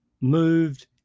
moved